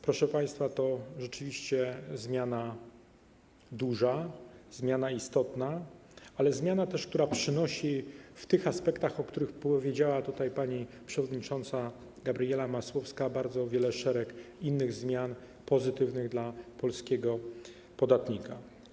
Proszę państwa, to rzeczywiście zmiana duża, zmiana istotna, ale też zmiana, która przynosi w aspektach, o których powiedziała pani przewodnicząca Gabriela Masłowska, bardzo wiele, szereg innych pozytywnych zmian dla polskiego podatnika.